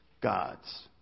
gods